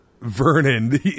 Vernon